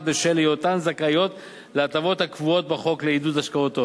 בשל היותן זכאיות להטבות הקבועות בחוק לעידוד השקעות הון.